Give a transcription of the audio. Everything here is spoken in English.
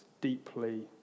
deeply